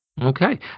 Okay